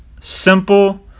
Simple